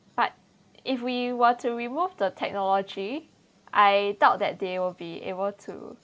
but if we were to remove the technology I doubt that they will be able to